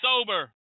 sober